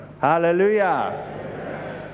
Hallelujah